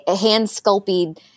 hand-sculpted